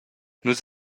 nus